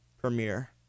Premiere